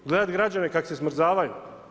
Gledat građane kako se smrzavaju.